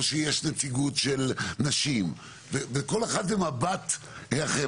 שיש נציגות של נשים וכל אחד זה מבט אחר,